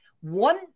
one